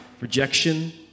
rejection